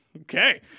okay